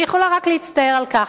אני יכולה רק להצטער על כך.